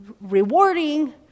rewarding